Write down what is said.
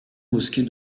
mosquée